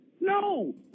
No